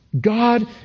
God